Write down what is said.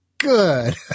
Good